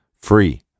free